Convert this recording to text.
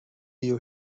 you